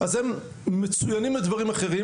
אז הם מצוינים בדברים אחרים